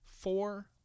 Four